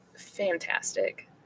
Fantastic